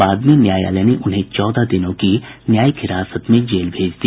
बाद में न्यायालय ने उन्हें चौदह दिनों की न्यायिक हिरासत में जेल भेज दिया